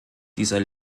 dieser